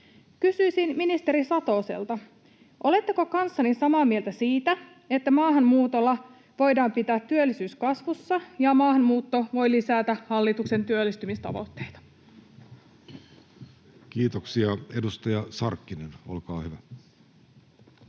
Kysyisin ministeri Satoselta: oletteko kanssani samaa mieltä siitä, että maahanmuutolla voidaan pitää työllisyys kasvussa ja maahanmuutto voi lisätä hallituksen työllistymistavoitteita? [Speech 451] Speaker: Jussi